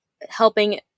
helping